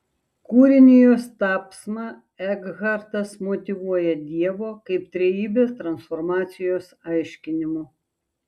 kūrinijos tapsmą ekhartas motyvuoja dievo kaip trejybės transformacijos aiškinimu